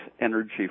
energy